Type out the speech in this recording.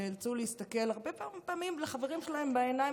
שנאלצו להסתכל הרבה פעמים לחברים שלהם בעיניים